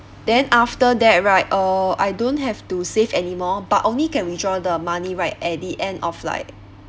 then after that right uh I don't have to save anymore but only can withdraw the money right at the end of like